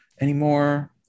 anymore